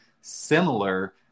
similar